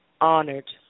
honored